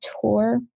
tour